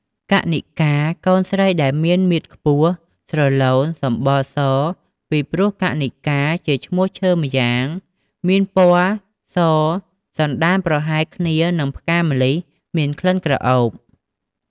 កណិការ កូនស្រីដែលមានមាឌខ្ពស់ស្រឡូន សម្បុរស ពីព្រោះកណិការ ជាឈ្មោះឈើម្យ៉ាងមានពណ៌សសណ្ឋានប្រហែលគ្នានឹងផ្កាម្លិះមានក្លិនក្រអូប។